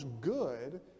good